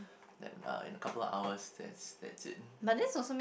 that uh in a couple of hours that's that's it